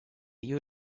you